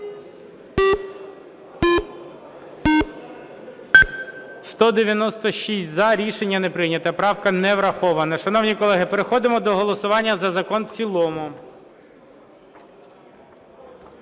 За-196 Рішення не прийнято. Правка не врахована. Шановні колеги, переходимо до голосування за закон в цілому.